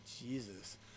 Jesus